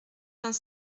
vingt